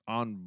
on